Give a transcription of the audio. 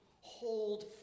Hold